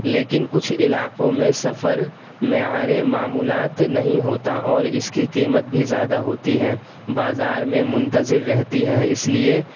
لیکن کچھ علاقوں میں سفر معیار معمولات نہیں ہوتا اور اس کی قیمت بھی زیادہ ہوتی ہے بازار میں منتظر رہتی ہے اس لیے